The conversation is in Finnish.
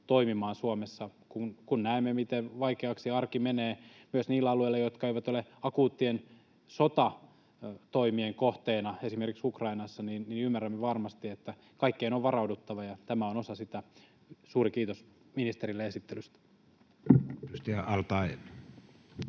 toimimaan Suomessa. Kun näemme, miten vaikeaksi arki menee myös niillä alueilla, jotka eivät ole akuuttien sotatoimien kohteena esimerkiksi Ukrainassa, niin ymmärrämme varmasti, että kaikkeen on varauduttava, ja tämä on osa sitä — suuri kiitos ministerille esittelystä.